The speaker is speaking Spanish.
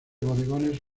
bodegones